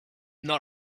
not